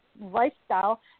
lifestyle